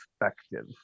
perspective